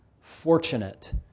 fortunate